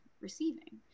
receiving